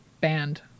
banned